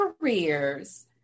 careers